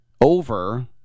over